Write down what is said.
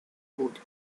بود